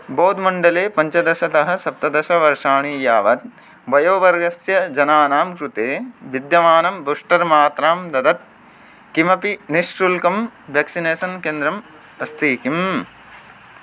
बौद् मण्डले पञ्चदशतः सप्तदशवर्षाणि यावत् वयोवर्गस्य जनानां कृते विद्यमानं बूश्टर् मात्रां ददत् किमपि निःशुल्कं ब्यक्सिनेसन् केन्द्रम् अस्ति किम्